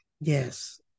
Yes